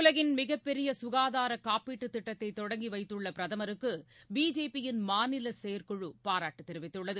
உலகின் மிகப்பெரிய சுகாதார காப்பீட்டுத் திட்டத்தை தொடங்கி வைத்துள்ள பிரதமருக்கு பிஜேபியின் மாநில செயற்குழு பாராட்டு தெரிவித்துள்ளது